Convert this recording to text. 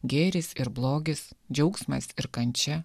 gėris ir blogis džiaugsmas ir kančia